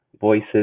voices